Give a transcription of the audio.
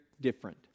different